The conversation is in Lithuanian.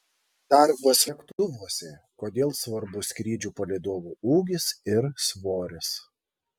darbas lėktuvuose kodėl svarbus skrydžių palydovų ūgis ir svoris